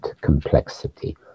complexity